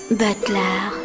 butler